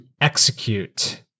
execute